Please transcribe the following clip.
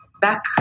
Back